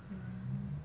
mm